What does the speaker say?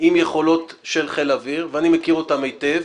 עם יכולות של חיל אוויר ואני מכיר אותן היטב.